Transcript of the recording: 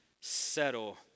settle